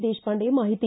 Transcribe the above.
ದೇಶಪಾಂಡೆ ಮಾಹಿತಿ